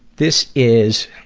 this is,